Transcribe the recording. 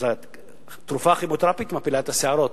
אז התרופה הכימותרפית מפילה את השערות.